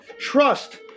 trust